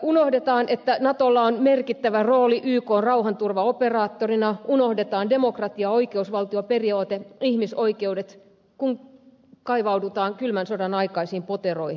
unohdetaan että natolla on merkittävä rooli ykn rauhanturvaoperaattorina unohdetaan demokratia ja oikeusvaltioperiaate ihmisoikeudet kun kaivaudutaan kylmän sodan aikaisiin poteroihin